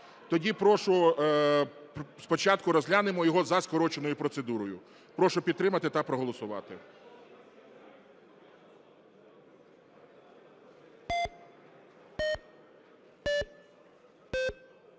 прошу, спочатку розглянемо його за скороченою процедурою. Прошу підтримати та проголосувати.